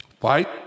fight